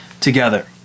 together